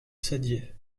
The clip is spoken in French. saddier